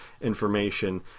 information